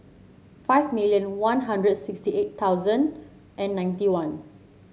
five million One Hundred sixty eight thousand and ninety one